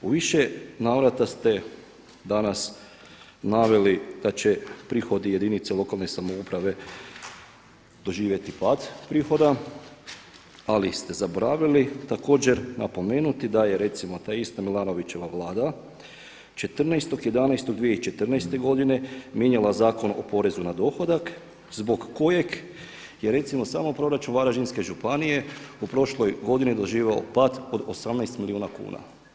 U više navrate ste danas naveli da će prihodi jedinice lokalne samouprave doživjeti pad prihoda, ali ste zaboravili također napomenuti da je recimo ta ista Milanovićeva vlada 14.11.2014. godine mijenjala Zakon o porezu na dohodak zbog kojeg je recimo sam proračun Varaždinske županije u prošloj godini doživio pad od 18 milijuna kuna.